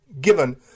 given